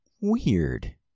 weird